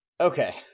Okay